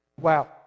Wow